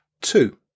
Two